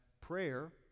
prayer